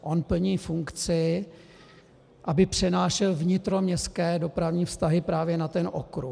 On plní funkci, aby přenášel vnitroměstské dopravní vztahy právě na ten okruh.